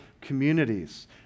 communities